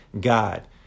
God